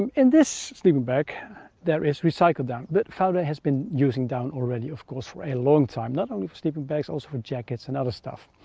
um in this sleeping bag there is recycle down that vaude has been using down already of course for a long time. not only for sleeping bags also for jackets and other stuff.